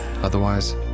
Otherwise